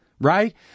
Right